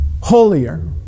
holier